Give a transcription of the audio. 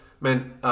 Man